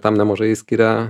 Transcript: tam nemažai skiria